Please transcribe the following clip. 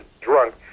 drunk